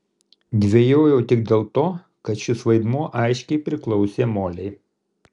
dvejojau tik dėl to kad šis vaidmuo aiškiai priklausė molei